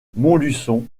montluçon